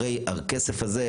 הרי הכסף הזה,